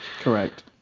Correct